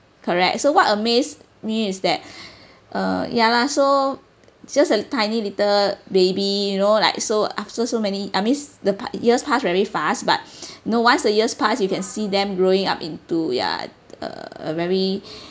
correct so what amazed me is that err ya lah so just a tiny little baby you know like so after so many I miss the pass years pass very fast but no once the years pass you can see them growing up into ya uh a very